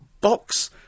box